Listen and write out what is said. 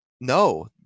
no